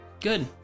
Good